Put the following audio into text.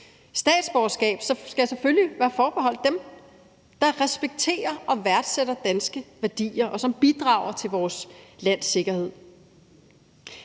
Statsborgerskab skal selvfølgelig være forbeholdt dem, der respekterer og værdsætter danske værdier, og som bidrager til vores lands sikkerhed.